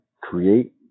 create